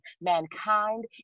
mankind